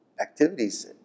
activities